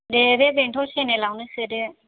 दे बै बेंटल सेनेलावनो सोदो